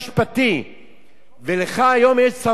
ולך היום יש סמכות, ואתה אומר: